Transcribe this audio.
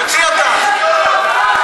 תוציא אותה,